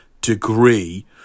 degree